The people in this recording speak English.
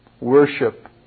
worship